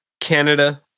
Canada